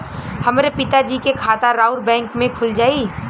हमरे पिता जी के खाता राउर बैंक में खुल जाई?